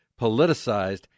politicized